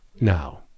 now